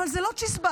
אבל זה לא צ'יזבט,